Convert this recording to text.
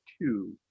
two